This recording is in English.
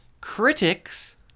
critics